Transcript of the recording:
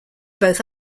both